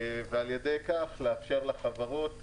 ועל ידי כך לאפשר לחברות